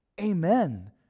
Amen